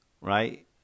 right